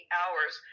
hours